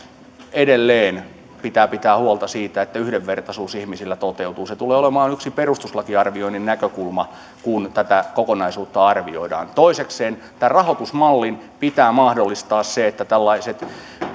edelleen pitää pitää huolta siitä että yhdenvertaisuus ihmisillä toteutuu se tulee olemaan yksi perustuslakiarvioinnin näkökulma kun tätä kokonaisuutta arvioidaan toisekseen tämän rahoitusmallin pitää mahdollistaa se että tällaiset